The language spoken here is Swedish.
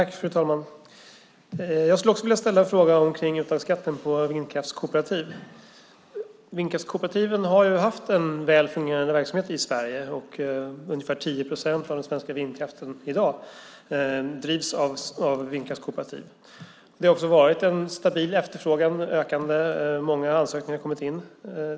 Fru talman! Jag skulle också vilja ställa en fråga om uttagsskatten för vindkraftskooperativ. Vindkraftskooperativen har ju haft en väl fungerande verksamhet i Sverige. Ungefär 10 procent av den svenska vindkraften i dag drivs av vindkraftskooperativ. Det har också varit en stabil efterfrågan. Många ansökningar har kommit in.